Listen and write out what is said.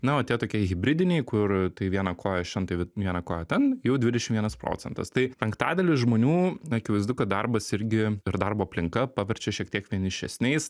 na o tie tokie hibridiniai kur tai vieną koją šian tai vieną koją ten jau dvidešimt vienas procentas tai penktadaliui žmonių akivaizdu kad darbas irgi ir darbo aplinka paverčia šiek tiek vienišesniais